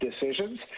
decisions